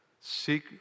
seek